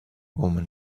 woman